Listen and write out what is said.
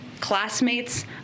classmates